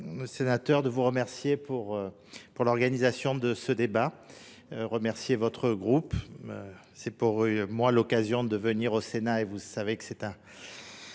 Sénateur de vous remercier pour l'organisation de ce débat, remercier votre groupe, c'est pour moi l'occasion de venir au Sénat et vous savez que c'est un...